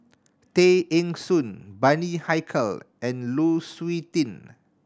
Tay Eng Soon Bani Haykal and Lu Suitin